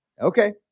okay